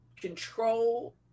control